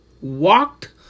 walked